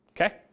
Okay